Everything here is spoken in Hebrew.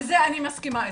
בזה אני מסכימה איתך.